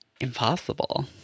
Impossible